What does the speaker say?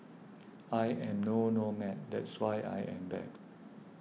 I am no nomad that's why I am back